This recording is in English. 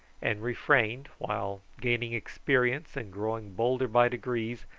and refrained, while, gaining experience and growing bolder by degrees,